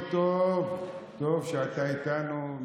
זה טוב שאתה איתנו.